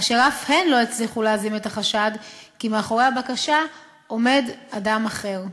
אשר אף הן לא הצליחו להזים את החשד שמאחורי הבקשה עומד אדם אחר.